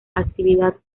actividad